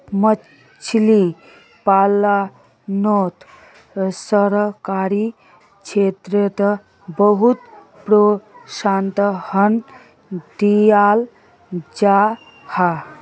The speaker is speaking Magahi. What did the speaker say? मछली पालानोत सरकारी स्त्रोत बहुत प्रोत्साहन दियाल जाहा